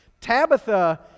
Tabitha